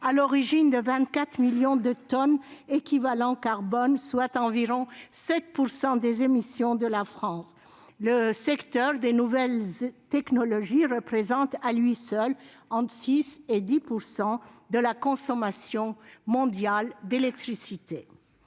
de l'émission de 24 millions de tonnes d'équivalent carbone, soit environ 7 % des émissions de la France. Le secteur des nouvelles technologies représente à lui seul entre 6 % et 10 % de la consommation mondiale d'électricité.